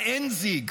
ה-Endsieg?